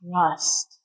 trust